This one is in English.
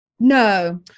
No